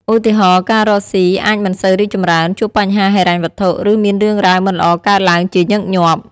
ឧទាហរណ៍ ការរកស៊ីអាចមិនសូវរីកចម្រើន ជួបបញ្ហាហិរញ្ញវត្ថុ ឬមានរឿងរ៉ាវមិនល្អកើតឡើងជាញឹកញាប់។